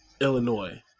Illinois